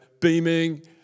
beaming